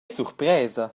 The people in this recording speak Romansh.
surpresa